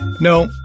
No